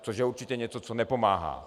Což je určitě něco, co nepomáhá.